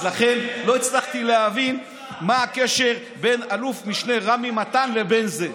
אז לכן לא הצלחתי להבין מה הקשר בין אלוף משנה רמי מתן לבין זה.